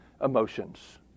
emotions